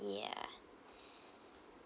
ya